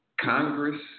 Congress